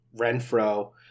Renfro